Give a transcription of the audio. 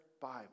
Bible